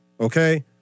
okay